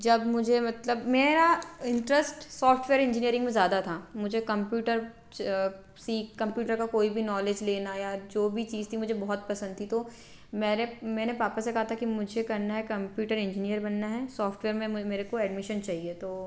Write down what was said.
जब मुझे मतलब मेरा इंट्रेस्ट सॉफ्टवेयर इंजीनियरिंग में ज़्यादा था मुझे कंप्यूटर सी कंप्यूटर की कोई भी नॉलेज लेना या जो भी चीज़ थी मुझे बहुत पसंद थी तो मेरे मैंने पापा से कहा था कि मुझे करना है कंप्यूटर इंजीनियर बनना है सॉफ्टवेयर में मेरे को एडमिशन चाहिए तो